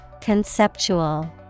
Conceptual